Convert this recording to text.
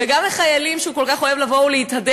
וגם לחיילים שהוא כל כך אוהב לבוא ולהתהדר